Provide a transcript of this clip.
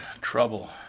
Trouble